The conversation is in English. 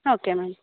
okay madam